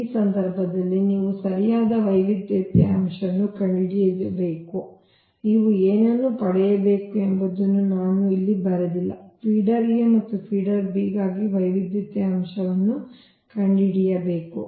ಆದ್ದರಿಂದ ಈ ಸಂದರ್ಭದಲ್ಲಿ ನೀವು ಸರಿಯಾದ ವೈವಿಧ್ಯತೆಯ ಅಂಶವನ್ನು ಕಂಡುಹಿಡಿಯಬೇಕು ನೀವು ಏನನ್ನು ಪಡೆಯಬೇಕು ಎಂಬುದನ್ನು ನಾನು ಇಲ್ಲಿ ಬರೆದಿಲ್ಲ ಫೀಡರ್ A ಮತ್ತು ಫೀಡರ್ B ಗಾಗಿ ವೈವಿಧ್ಯತೆಯ ಅಂಶವನ್ನು ಕಂಡುಹಿಡಿಯಬೇಕು